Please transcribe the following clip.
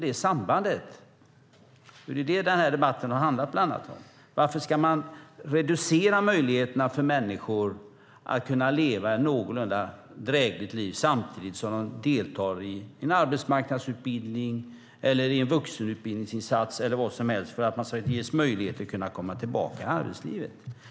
Det är bland annat det den här debatten har handlat om. Varför ska man reducera möjligheterna för människor att leva ett någorlunda drägligt liv samtidigt som de deltar i en arbetsmarknadsutbildning, en vuxenutbildningsinsats eller vad som helst för att få möjlighet att komma tillbaka i arbetslivet?